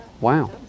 Wow